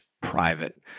private